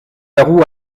garous